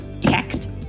text